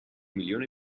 milione